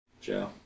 Joe